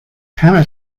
hammett